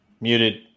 Muted